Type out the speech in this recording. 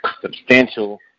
substantial